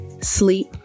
sleep